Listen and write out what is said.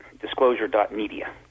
disclosure.media